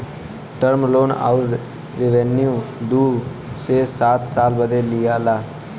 term loan अउर revenue दू से सात साल बदे लिआला